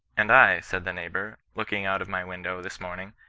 and i, said the neighbour, looking out of my window, this morning,